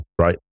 right